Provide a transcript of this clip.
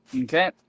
Okay